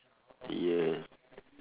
yes